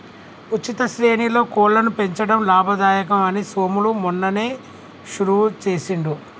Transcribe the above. ఉచిత శ్రేణిలో కోళ్లను పెంచడం లాభదాయకం అని సోములు మొన్ననే షురువు చేసిండు